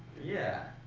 yeah,